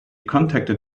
contacted